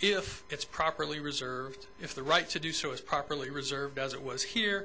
if it's properly reserved if the right to do so is properly reserved as it was here